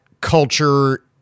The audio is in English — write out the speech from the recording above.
culture